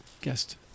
guest